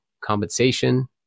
compensation